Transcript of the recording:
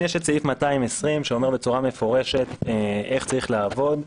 יש את סעיף 220 שאומר בצורה מפורשת איך צריך לעבוד.